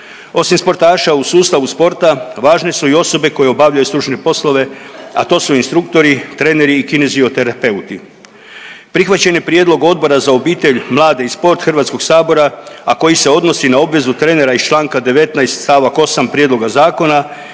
Osim sportaša u sustavu sporta važne su i osobe koje obavljaju stručne poslove, a to su instruktori, treneri i kinezioterapeuti. Prihvaćen je prijedlog Odbora za obitelj, mlade i sport Hrvatskog sabora, a koji se odnosi na obvezu trenera iz Članka 19. stavak 8. prijedloga zakona